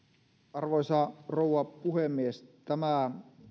arvoisa rouva puhemies tämä